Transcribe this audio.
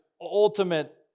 ultimate